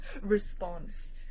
response